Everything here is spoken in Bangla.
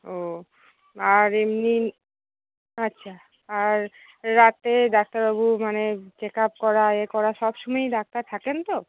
ও আর এমনি আচ্ছা আর রাতে ডাক্তারবাবু মানে চেক আপ করা এ করা সব সময়ই ডাক্তার থাকেন তো